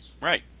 right